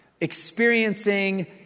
experiencing